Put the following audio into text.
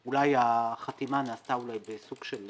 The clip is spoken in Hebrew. או שאולי החתימה נעשתה בסוג של